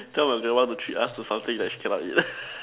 tell my grandma to treat us to something she cannot eat